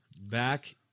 Back